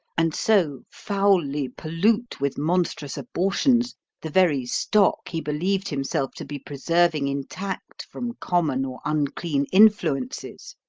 and so foully pollute with monstrous abortions the very stock he believed himself to be preserving intact from common or unclean influences.